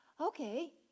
Okay